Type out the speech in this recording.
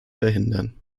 verhindern